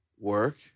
work